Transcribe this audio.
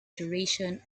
duration